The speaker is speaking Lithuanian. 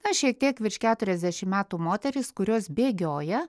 na šiek tiek virš keturiasdešim metų moterys kurios bėgioja